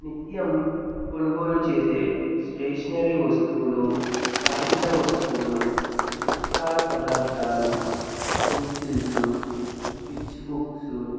నిత్యం కొనుగోలు చేసే స్టేషనరీ వస్తువులు కాగిత వస్తువులు చిట్కాల పదార్థాలు పెన్సిల్సు స్కెచ్ బుక్సు